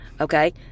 Okay